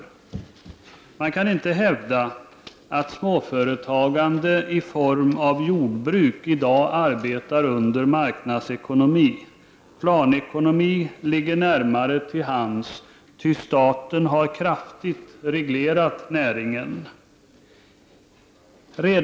Men man kan inte hävda att småföretagande i form av jordbruk i dag arbetar under marknadsekonomi; planekonomi ligger närmare till hands, ty staten har kraftigt reglerat näringen.